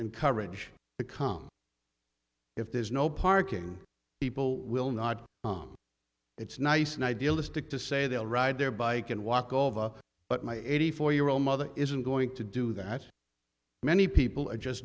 encourage the calm if there's no parking people will not it's nice and idealistic to say they'll ride their bike and walk over but my eighty four year old mother isn't going to do that many people are just